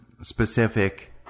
specific